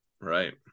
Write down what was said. Right